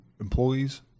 employees